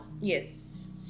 Yes